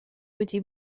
wedi